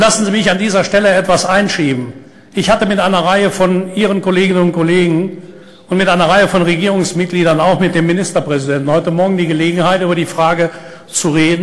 ניתן הקלות בענייני סחר והשקעות ונגיע גם להידוק הקשרים בענייני ביטחון.